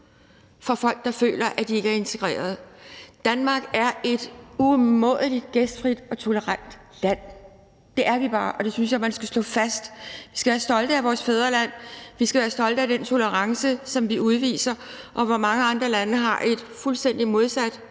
og det kan jeg simpelt hen ikke holde ud. Danmark er et umådelig gæstfrit og tolerant land, det er vi bare, og det synes jeg man skal slå fast. Vi skal være stolte af vores fædreland. Vi skal være stolte af den tolerance, som vi udviser der, hvor mange andre lande har et fuldstændig modsat